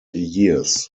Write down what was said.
years